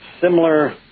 similar